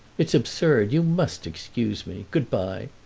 it's absurd. you must excuse me. good-by!